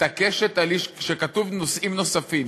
כשכתוב "נושאים נוספים",